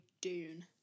Dune